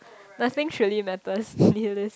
nothing truly matters